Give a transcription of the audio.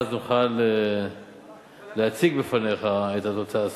ואז נוכל להציג בפניך את התוצאה הסופית.